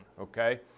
okay